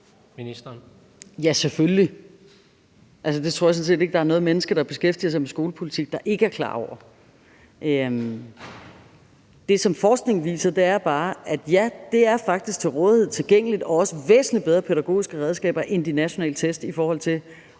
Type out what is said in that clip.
Ja, selvfølgelig. Det tror jeg sådan set ikke der er noget menneske, der beskæftiger sig med skolepolitik, der ikke er klar over. Det, som forskningen viser, er bare, at ja, det er faktisk til rådighed, tilgængeligt og også væsentlig bedre pædagogiske redskaber end de nationale test i forhold til